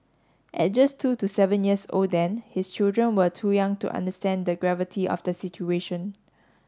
at just two to seven years old then his children were too young to understand the gravity of the situation